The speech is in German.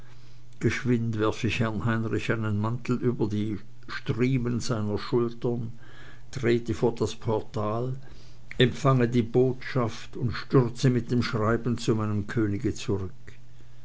geschwind werf ich herrn heinrich einen mantel über die striemen seiner schultern trete vor das portal empfange die botschaft und stürze mit dem schreiben zu meinem könige zurück